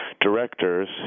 directors